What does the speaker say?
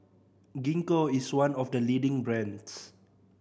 Gingko is one of the leading brands